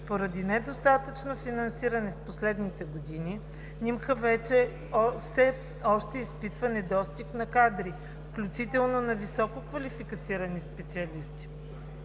Поради недостатъчно финансиране в последните години НИМХ все още изпитва недостиг на кадри, включително на висококвалифицирани специалисти.